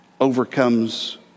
overcomes